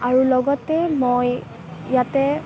আৰু লগতে মই ইয়াতে